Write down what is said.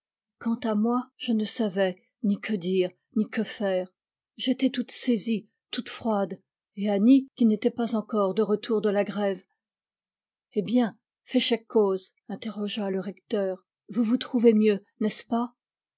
quant à moi je ne savais ni que dire ni que faire j'étais toute saisie toute froide et annie qui n'était pas encore de retour de la grève eh bien féchez coz interrogea le recteur vous vous trouvez mieux n'est-ce pas